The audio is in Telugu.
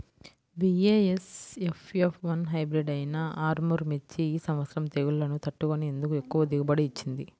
బీ.ఏ.ఎస్.ఎఫ్ ఎఫ్ వన్ హైబ్రిడ్ అయినా ఆర్ముర్ మిర్చి ఈ సంవత్సరం తెగుళ్లును తట్టుకొని ఎందుకు ఎక్కువ దిగుబడి ఇచ్చింది?